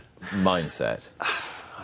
mindset